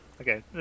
Okay